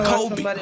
Kobe